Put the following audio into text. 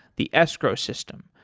the escrow system,